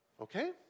Okay